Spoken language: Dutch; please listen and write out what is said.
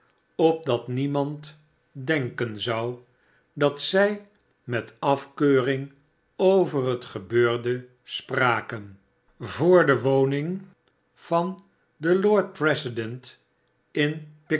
opdat niemand denken zou dat zij met afkeuring over het gebeurde spraken voor de woning van den lord president in